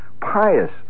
pious